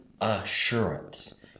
assurance